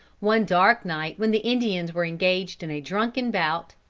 one dark night, when the indians were engaged in a drunken bout,